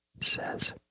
says